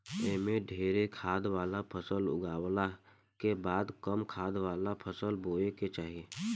एमे ढेरे खाद वाला फसल उगावला के बाद कम खाद वाला फसल बोए के चाही